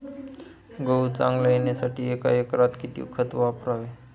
गहू चांगला येण्यासाठी एका एकरात किती खत वापरावे?